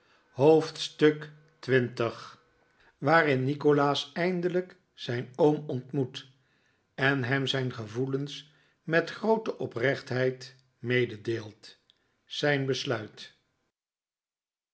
hoofdstuk xx waarin nikolaas eindelijk zijn oom ontmoet en hem zijn gevoelens met groote oprechtheid mededeelt zijn besluit